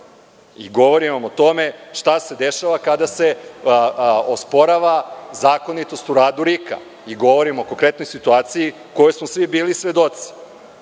RIK.Govorim vam o tome šta se dešava kada se osporava zakonitost u radu RIK i govorim o konkretnoj situaciji kojoj smo svi bili svedoci.